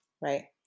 right